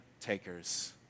takers